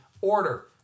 order